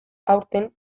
aurten